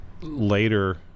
Later